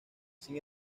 sin